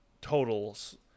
totals